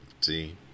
See